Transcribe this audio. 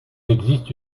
existe